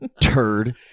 Turd